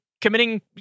committing